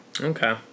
Okay